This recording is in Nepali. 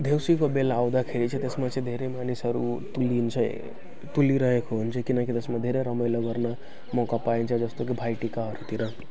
देउसीको बेला आउँदाखेरि चाहिँ त्यसमा चाहिँ धेरै मानिसहरू तुल्लिन्छ तुल्लिरहेको हुन्छ किनकि त्यसमा धेरै रमाइलो गर्न मौका पाइन्छ जस्तो कि भाइटिकाहरूतिर